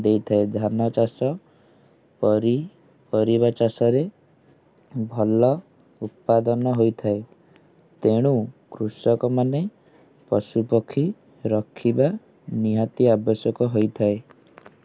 ଦେଇଥାଏ ଧାନ ଚାଷ ପରି ପରିବା ଚାଷରେ ଭଲ ଉତ୍ପାଦନ ହୋଇଥାଏ ତେଣୁ କୃଷକମାନେ ପଶୁ ପକ୍ଷୀ ରଖିବା ନିହାତି ଆବଶ୍ୟକ ହୋଇଥାଏ